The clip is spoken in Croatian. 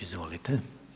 Izvolite.